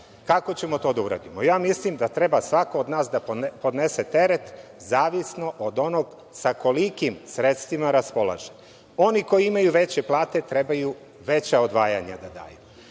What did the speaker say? ćemo to da uradimo? Ja mislim da treba svako od nas da podnese teret, zavisno od onog sa kolikim sredstvima raspolaže. Oni koji imaju veće plate, trebaju veća odvajanja da daju.